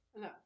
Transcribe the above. No